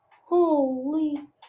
holy